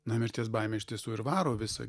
na mirties baimė iš tiesų ir varo visą